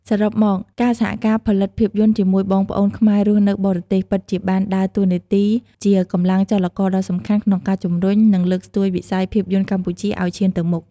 សរុបមក ការសហការផលិតភាពយន្តជាមួយបងប្អូនខ្មែររស់នៅបរទេស ពិតជាបានដើរតួនាទីជា កម្លាំងចលករដ៏សំខាន់ ក្នុងការជំរុញ និងលើកស្ទួយវិស័យភាពយន្តកម្ពុជាឱ្យឈានទៅមុខ។